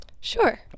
sure